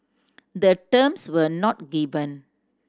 the terms were not given